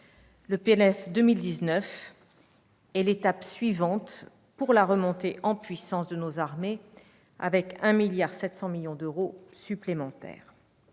le PLF 2019 est l'étape suivante pour la remontée en puissance de nos armées, avec 1,7 milliard d'euros supplémentaires.